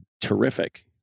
terrific